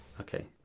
Okay